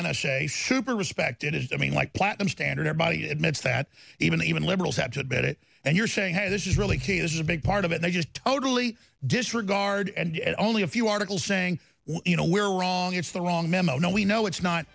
the n s a super respect it is i mean like platinum standard everybody admits that even even liberals have to admit it and you're saying hey this is really key is a big part of it they just totally disregard and only a few articles saying you know we're wrong it's the wrong memo now we know it's not